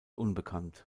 unbekannt